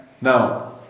Now